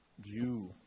Jew